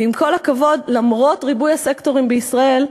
ועם כל הכבוד, למרות ריבוי הסקטורים בישראל,